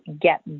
get